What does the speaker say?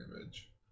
image